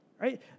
right